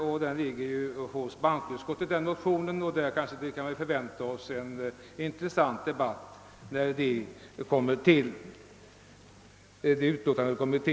Motionen ligger hos bankoutskottet, och vi kan kanske förvänta oss en intressant debatt när detta utlåtande föreligger.